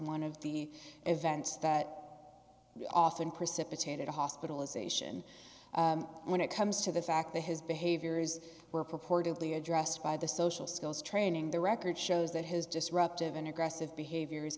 one of the events that often precipitated a hospitalization when it comes to the fact that his behaviors were purportedly addressed by the social skills training the record shows that his disruptive and aggressive behavior